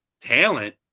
talent